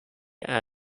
away